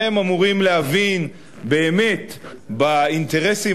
והם אמורים להבין באמת באינטרסים